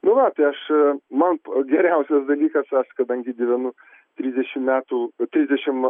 nu va tai aš man geriausias dalykas aš kadangi gyvenu trisdešimt metų trisdešim